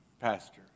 pastor